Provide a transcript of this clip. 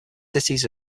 cities